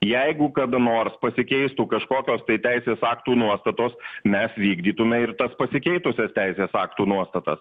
jeigu kada nors pasikeistų kažkokios tai teisės aktų nuostatos mes vykdytume ir tas pasikeitusias teisės aktų nuostatas